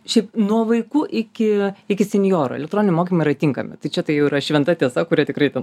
šiaip nuo vaikų iki iki senjorų elektroniniai mokymai yra tinkami tai čia tai jau yra šventa tiesa kurią tikrai ten